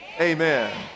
Amen